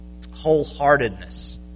wholeheartedness